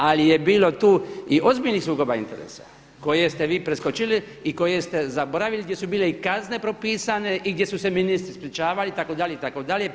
Ali je bilo tu i ozbiljnih sukoba interesa koje ste vi preskočili i koje ste zaboravili, gdje su bile i kazne propisane i gdje su se ministri ispričavali itd. itd.